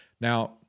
now